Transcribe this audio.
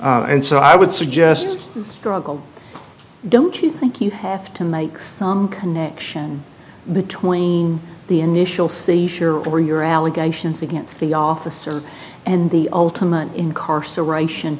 and so i would suggest the struggle don't you think you have to make some connection between the initial seizure or your allegations against the officer and the ultimate incarceration